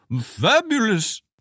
Fabulous